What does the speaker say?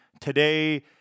Today